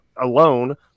alone